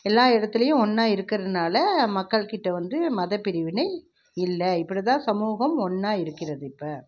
எல்லா எடத்துலேயும் ஒன்றா இருக்கிறதுனால மக்கள் கிட்டே வந்து மதப்பிரிவினை இல்லை இப்படி தான் சமூகம் ஒன்றா இருக்கிறது இப்போ